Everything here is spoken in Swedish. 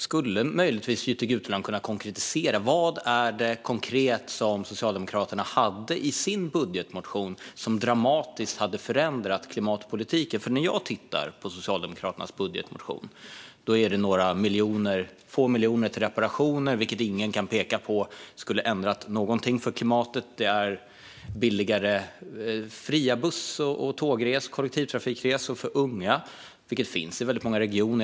Skulle möjligtvis Jytte Guteland kunna konkretisera vad Socialdemokraterna hade i sin budgetmotion som dramatiskt hade förändrat klimatpolitiken? När jag tittar i Socialdemokraternas budgetmotion hittar jag några få miljoner till reparationer, vilket ingen kan peka på skulle ha ändrat någonting för klimatet. Det är billigare eller fria kollektivtrafikresor för unga, vilket finns i väldigt många regioner.